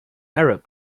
arab